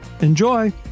Enjoy